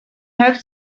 have